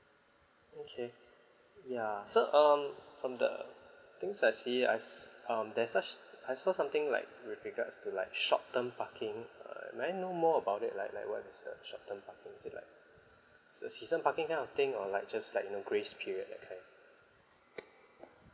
okay ya so um from the things I see I s~ um there is such I saw something like with regards to like short term parking err may I know more about it like like what is the short term parking it is like it's a season parking kind of thing or like just like in a grace period that kind